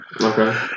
Okay